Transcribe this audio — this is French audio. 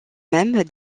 même